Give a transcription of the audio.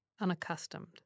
unaccustomed